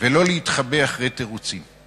ולא להתחבא מאחורי תירוצים.